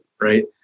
right